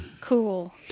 Cool